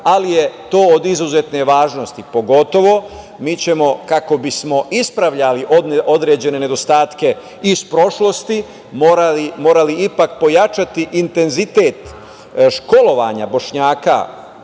ali je to od izuzetne važnosti. Pogotovo, mi ćemo, kako bi smo ispravljali određene nedostatke, iz prošlosti, morali ipak pojačati intenzitet školovanja Bošnjaka,